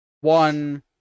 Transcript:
one